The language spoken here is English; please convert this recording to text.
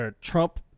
trump